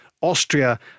Austria